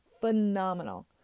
phenomenal